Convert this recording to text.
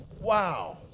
Wow